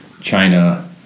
China